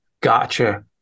Gotcha